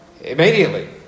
immediately